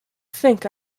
think